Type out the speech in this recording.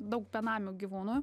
daug benamių gyvūnų